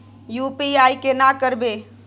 UPI केना करबे?